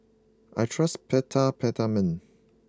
I trust peta Peptamen